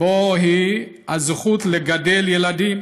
בו הוא הזכות לגדל ילדים